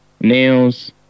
nails